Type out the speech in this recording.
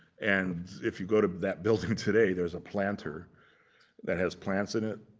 and if you go to that building today, there's a planter that has plants in it.